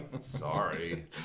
Sorry